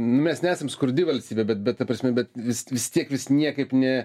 mes nesam skurdi valstybė bet bet ta prasme bet vis vis tiek vis niekaip ne